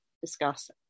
discuss